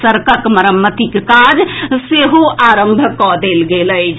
सड़कक मरम्मतिक काज सेहो आरंभ कऽ देल गेल अछि